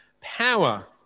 power